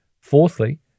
Fourthly